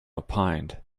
opined